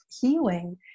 healing